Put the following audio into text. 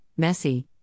Messi